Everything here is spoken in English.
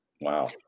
Wow